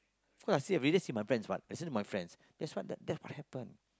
because I see everyday see my friends [what] that's why that's what happen